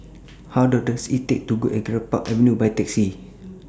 How Long Does IT Take to get to Greenpark Avenue By Taxi